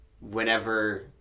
whenever